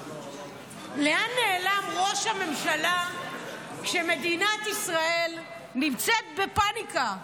לאן נעלם ראש הממשלה כשמדינת ישראל נמצאת בפניקה?